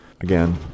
Again